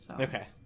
okay